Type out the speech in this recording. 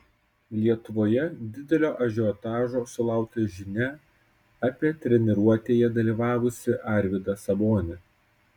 lietuvoje didelio ažiotažo sulaukė žinia apie treniruotėje dalyvavusį arvydą sabonį